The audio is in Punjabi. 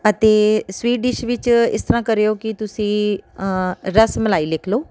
ਅਤੇ ਸਵੀਟ ਡਿਸ਼ ਵਿੱਚ ਇਸ ਤਰ੍ਹਾਂ ਕਰਿਓ ਕਿ ਤੁਸੀਂ ਰਸਮਲਾਈ ਲਿਖ ਲਓ